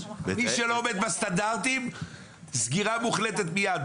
מי שלא עומד בסטנדרטים סגירה מוחלטת מיד,